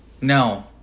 No